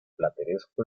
plateresco